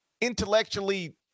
intellectually